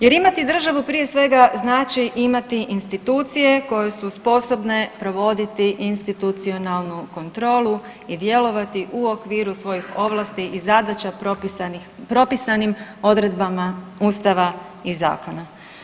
Jer imati državu prije svega znači imati institucije koje su sposobne provoditi institucionalnu kontrolu i djelovati u okviru svojih ovlastih i zadaća propisanim odredbama Ustava i zakona.